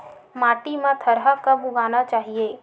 माटी मा थरहा कब उगाना चाहिए?